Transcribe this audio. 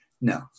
no